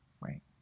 right